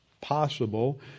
possible